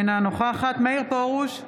אינה נוכחת מאיר פרוש,